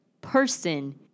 person